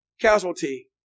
casualty